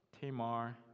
Tamar